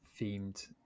themed